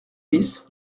bis